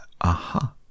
aha